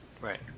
Right